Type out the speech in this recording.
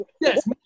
Yes